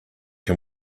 him